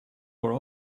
where